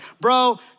Bro